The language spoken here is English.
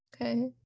Okay